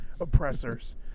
Oppressors